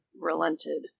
relented